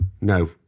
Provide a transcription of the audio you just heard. no